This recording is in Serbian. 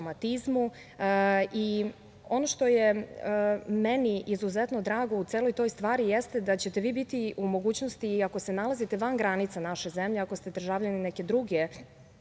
što je meni izuzetno drago u celoj toj stvari, jeste da ćete biti u mogućnosti i ako se nalazite van granica naše zemlje, ako ste državljanin neke druge